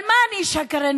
על מה אני שקרנית?